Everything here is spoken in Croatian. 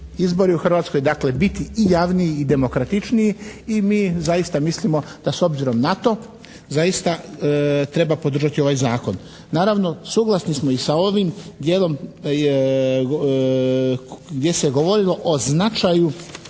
izbori u Hrvatskoj, dakle, biti i javniji i demokratičniji. I mi zaista mislimo da s obzirom na to zaista treba podržati ovaj Zakon. Naravno, suglasni smo i sa ovim dijelom gdje se govorilo o značaju